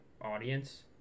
audience